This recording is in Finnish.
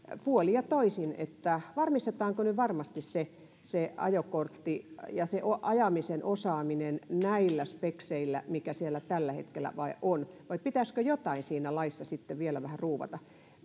puolin ja toisin siitä varmistetaanko nyt varmasti se se ajokortti ja se ajamisen osaaminen näillä spekseillä mitä siellä tällä hetkellä on vai pitäisikö jotain siinä laissa sitten vielä vähän ruuvata